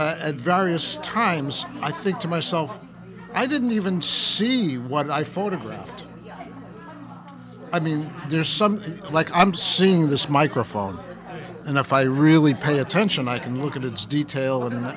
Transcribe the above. that at various times i think to myself i didn't even see what i photographed i mean there's something like i'm seeing this microphone and if i really pay attention i can look at its detail and